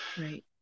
Right